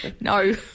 No